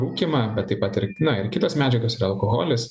rūkymą bet tai pat ir na ir kitos medžiagos tai yra alkoholis